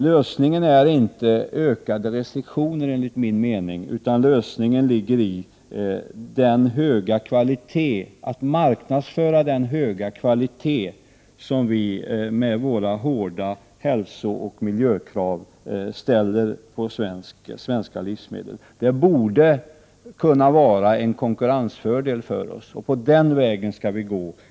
Lösningen är inte ökade restriktioner, enligt min mening, utan den ligger i att marknadsföra den höga kvalitet som vi har, med de hårda hälsooch miljökrav vi ställer på svenska livsmedel. Det borde kunna vara en konkurrensfördel. På den vägen skall vi gå.